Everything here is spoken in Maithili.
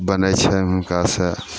बनै छै हुनकासे